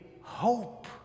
hope